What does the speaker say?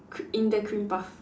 c~ in the cream puff